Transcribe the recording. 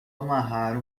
amarrar